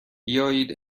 بیایید